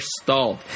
stalled